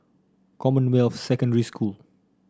Commonwealth Secondary School